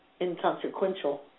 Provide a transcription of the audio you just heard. inconsequential